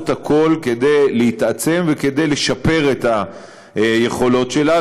הכול כדי להתעצם וכדי לשפר את היכולות שלה.